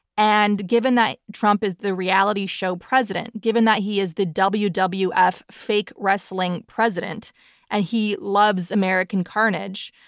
and given that trump is the reality show president, given that he is the wwf wwf fake wrestling president and he loves american carnage,